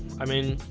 i mean,